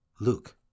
Luke